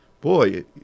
boy